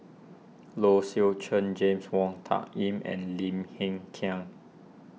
Low Swee Chen James Wong Tuck Yim and Lim Hng Kiang